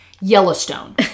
yellowstone